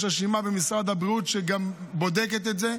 יש רשימה במשרד הבריאות שגם בודקת את זה,